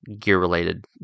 gear-related